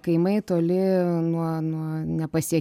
kaimai toli nuo nuo nepasie